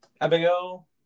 Abigail